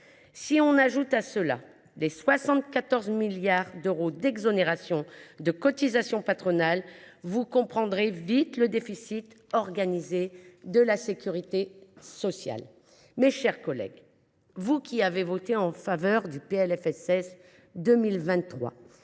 Si l’on ajoute à cela les 74 milliards d’euros d’exonérations de cotisations patronales, vous comprendrez vite d’où vient le déficit organisé de la sécurité sociale. Mes chers collègues, vous qui avez voté en faveur du projet